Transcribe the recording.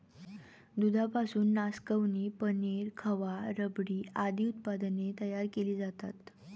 दुधापासून नासकवणी, पनीर, खवा, रबडी आदी उत्पादने तयार केली जातात